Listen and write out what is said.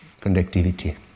conductivity